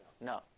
No